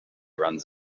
runs